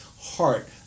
heart